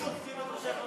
אבו מאזן.